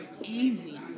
easy